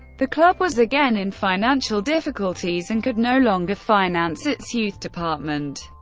the club was again in financial difficulties and could no longer finance its youth department.